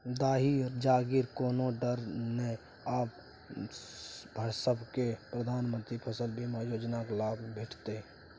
दाही जारीक कोनो डर नै आब सभकै प्रधानमंत्री फसल बीमा योजनाक लाभ भेटितै